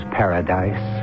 paradise